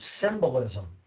symbolism